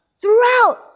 throughout